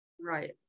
Right